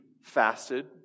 fasted